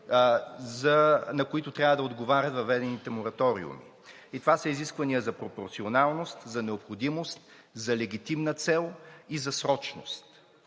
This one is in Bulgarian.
на които трябва да отговарят въведените мораториуми. Това са изисквания за пропорционалност, за необходимост, за легитимна цел и за срочност.